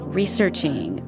researching